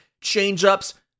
Change-ups